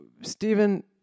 Stephen